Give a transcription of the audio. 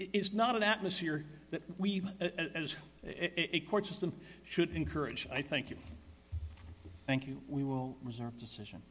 is not an atmosphere that we as it court system should encourage i thank you thank you we will reserve decision